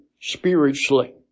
spiritually